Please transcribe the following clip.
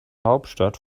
hauptstadt